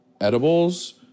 edibles